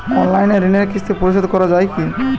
Online ঋণের কিস্তি পরিশোধ করা যায় কি?